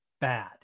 bad